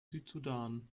südsudan